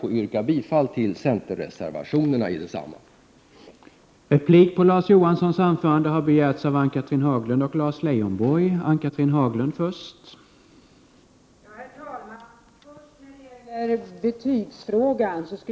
Jag yrkar bifall till centerreservationerna i detta betänkande.